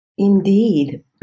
Indeed